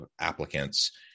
applicants